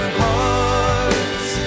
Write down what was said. hearts